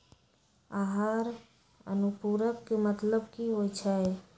आहार अनुपूरक के मतलब की होइ छई?